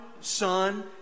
Son